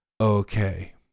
okay